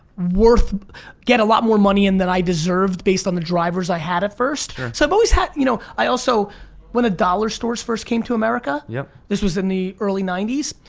worth get a lot more money in than i deserved based on the drivers i had at first. so i've always had, you know i also when the dollar stores first came to america. yeah this was in the early ninety s.